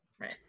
Right